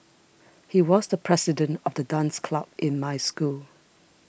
he was the president of the dance club in my school